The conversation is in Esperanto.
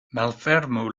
malfermu